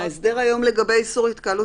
ההסדר היום לגבי איסור התקהלות,